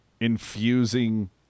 infusing